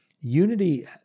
Unity